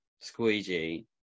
squeegee